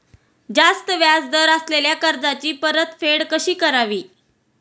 जास्त व्याज दर असलेल्या कर्जाची परतफेड कशी करावी?